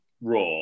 Raw